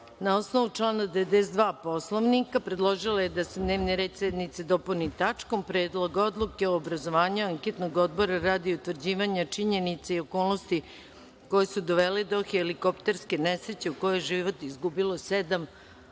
na osnovu člana 92. Poslovnika predložila je da se dnevni red sednice dopuni tačkom – Predlog odluke o obrazovanju anketnog odbora radi utvrđivanja činjenice i okolnosti koje su dovele do helikopterske nesreće u kojoj je život izgubilo sedam osoba. Da